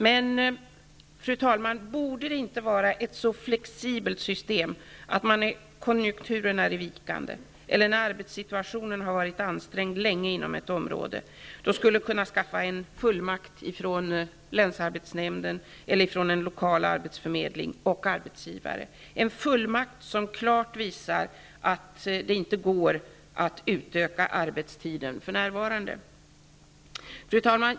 Men, fru talman, borde inte systemet vara så flexibelt att man, när konjunkturen är vikande eller när arbetssituationen på ett område länge har varit ansträngd, skulle kunna skaffa en fullmakt från länsarbetsnämnden eller en lokal arbetsförmedling och arbetsgivaren, en fullmakt som klart visade att det för närvarande inte går att utöka arbetstiden? Fru talman!